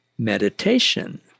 Meditation